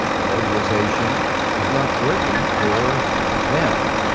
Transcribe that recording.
ah globalization was not working for them.